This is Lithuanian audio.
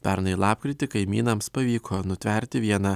pernai lapkritį kaimynams pavyko nutverti vieną